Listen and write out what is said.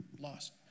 lost